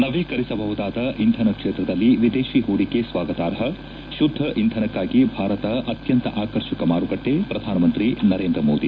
ನವೀಕರಿಸಬಹುದಾದ ಇಂಧನ ಕ್ಷೇತ್ರದಲ್ಲಿ ವಿದೇಶಿ ಹೂಡಿಕೆ ಸ್ವಾಗತಾರ್ಹ ಶುದ್ದ ಇಂಧನಕ್ನಾಗಿ ಭಾರತ ಅತ್ಯಂತ ಆಕರ್ಷಕ ಮಾರುಕಟ್ಟೆ ಪ್ರಧಾನ ಮಂತ್ರಿ ನರೇಂದ್ರ ಮೋದಿ